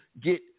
get